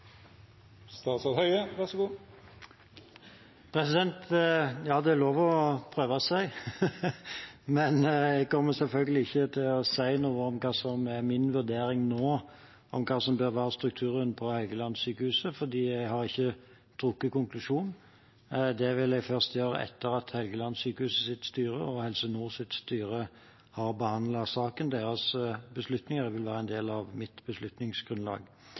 statsråd Høie direkte: Er statsråden enig med representanten Ebbesen i at dersom det skulle være bare ett stort sykehus, ville det vært sør for Korgfjellet? Det er lov å prøve seg, men jeg kommer selvfølgelig ikke til å si noe om hva som nå er min vurdering av hva som bør være strukturen på Helgelandssykehuset – jeg har ikke trukket konklusjonen. Det vil jeg først gjøre etter at Helgelandssykehusets styre og Helse Nords styre har behandlet saken. Deres beslutninger vil være en